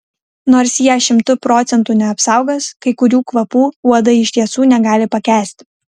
nors jie šimtu procentų neapsaugos kai kurių kvapų uodai iš tiesų negali pakęsti